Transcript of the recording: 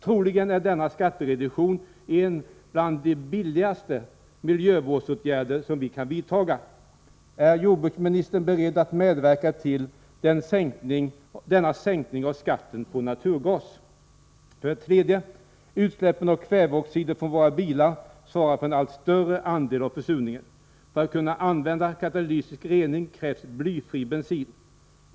Troligen är denna skattereduktion bland de billigaste miljövårdsåtgärder vi kan vidta. Är jordbruksministern beredd att medverka till denna sänkning av skatten på naturgas? 3. Utsläppen av kväveoxider från våra bilar svarar för en allt större andel av försurningen. För att man skall kunna använda katalytisk rening krävs blyfri bensin.